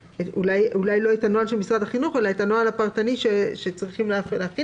אולי לא את הנוהל של משרד החינוך אלא את הנוהל הפרטני שצריך להכין.